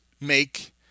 make